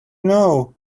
know